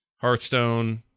Hearthstone